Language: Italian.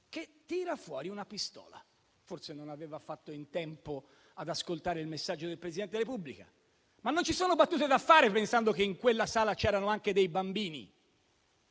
che tira fuori una pistola. Forse non aveva fatto in tempo ad ascoltare il messaggio del Presidente della Repubblica, ma non ci sono battute da fare, pensando che in quella sala c'erano anche dei bambini.